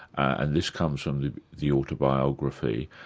and this comes from the the autobiography,